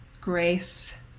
grace